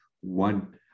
one